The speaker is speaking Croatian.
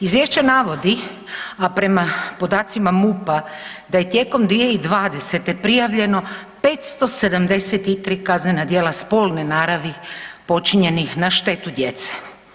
Izvješće navodi, a prema podacima MUP-a da je tijekom 2020. prijavljeno 573 kaznena djela spolne naravi počinjenih na štetu djece.